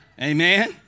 amen